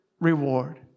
reward